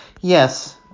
Yes